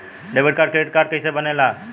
Debit और credit card कईसे बने ने ला?